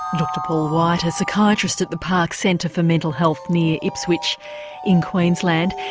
dr paul white, a psychiatrist at the park centre for mental health near ipswich in queensland,